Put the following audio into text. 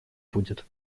будет